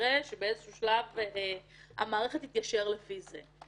כנראה שבאיזשהו שלב המערכת תתיישר לפי זה.